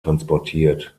transportiert